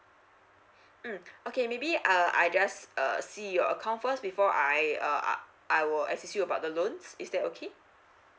mm okay maybe uh I just err see your account first before I uh I I will assist you about the loans is that okay